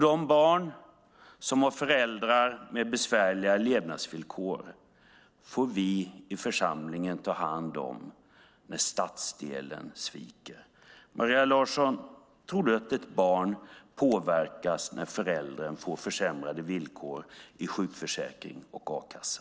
De barn som har föräldrar med besvärliga levnadsvillkor får vi i församlingen ta hand om när stadsdelen sviker. Maria Larsson, tror du att ett barn påverkas när föräldern får försämrade villkor i sjukförsäkring och a-kassa?